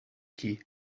key